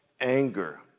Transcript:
anger